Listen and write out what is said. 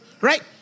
right